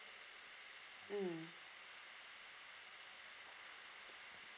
mm